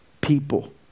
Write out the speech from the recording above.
people